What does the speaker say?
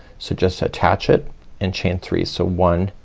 so just attach it and chain three, so one,